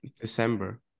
december